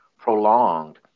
prolonged